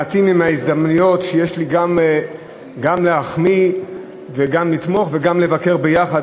מעטות הן ההזדמנויות שיש לי גם להחמיא וגם לתמוך וגם לבקר ביחד,